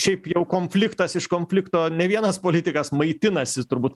šiaip jau konfliktas iš konflikto ne vienas politikas maitinasi turbūt